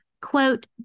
Quote